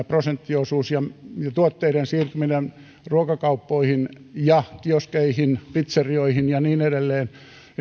prosenttiosuus ja tuotteiden siirtyminen ruokakauppoihin ja kioskeihin ja pitserioihin ja niin edelleen